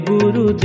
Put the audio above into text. Guru